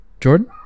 Jordan